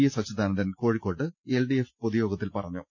S Achuthanandan കോഴിക്കോട്ട് LDF പൊതുയോഗത്തിൽ പറഞ്ഞു